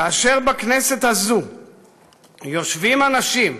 כאשר בכנסת הזאת יושבים אנשים,